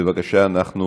בבקשה, אנחנו